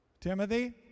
Timothy